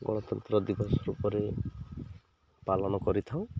ଗଣତନ୍ତ୍ର ଦିବସ ରୂପରେ ପାଳନ କରିଥାଉ